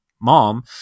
mom